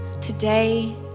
today